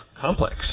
complex